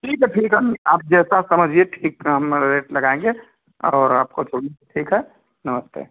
ठीक है ठीक है आप जैसा समझिए ठीक हम रेट लगाएँगे और आपको थोड़ी ठीक है नमस्ते